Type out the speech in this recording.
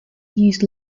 used